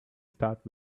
start